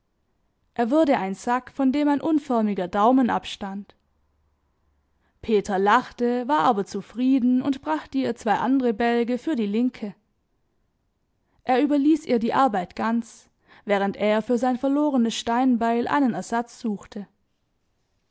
er wurde ein sack von dem ein unförmiger daumen abstand peter lachte war aber zufrieden und brachte ihr zwei andere bälge für die linke er überließ ihr die arbeit ganz während er für sein verlorenes steinbeil einen ersatz suchte